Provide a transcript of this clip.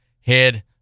head